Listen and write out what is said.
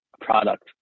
product